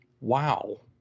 Wow